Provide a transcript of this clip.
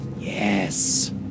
Yes